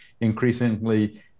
increasingly